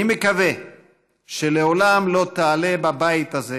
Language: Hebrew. אני מקווה שלעולם לא תעלה בבית הזה